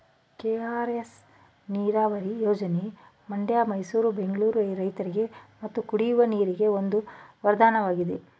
KRS ನೀರವರಿ ಯೋಜನೆ ಮಂಡ್ಯ ಮೈಸೂರು ಬೆಂಗಳೂರು ರೈತರಿಗೆ ಮತ್ತು ಕುಡಿಯುವ ನೀರಿಗೆ ಒಂದು ವರದಾನವಾಗಿದೆ